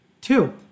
Two